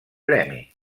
premi